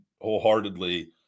wholeheartedly